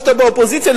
כשאתה באופוזיציה,